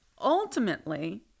ultimately